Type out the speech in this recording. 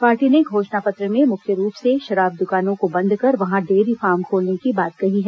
party ने घोषणा पत्र में मुख्य रूप से शराब दुकानों को बंद कर वहां डेयरी फॉर्म खोलने की बात कही है